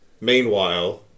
meanwhile